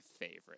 favorite